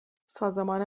سازمان